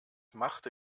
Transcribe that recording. machte